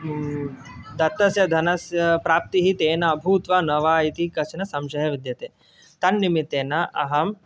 दत्तस्य धनस्य प्राप्तिः तेन अभूत् वा न वा इति कश्चन संशयः विद्यते तन्निमित्तेन अहं